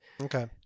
Okay